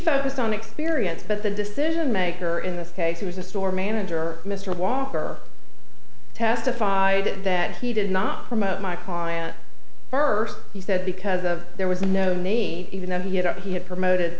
focused on experience but the decision maker in this case was a store manager mr walker testified that he did not promote my client first he said because of there was no name even though he had up he had promoted